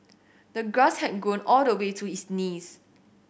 the grass had grown all the way to his knees